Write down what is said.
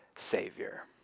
Savior